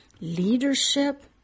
leadership